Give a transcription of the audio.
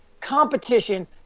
competition